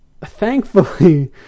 thankfully